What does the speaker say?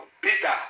Peter